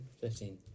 Fifteen